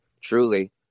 truly